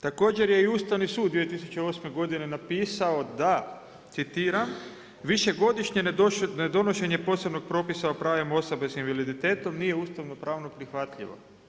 Također je i Ustavni 2008. napisao da citiram, višegodišnje nedonošenje posebnog propisima o pravima osoba s invaliditetom nije Ustavno pravno prihvatljivo.